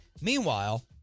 Meanwhile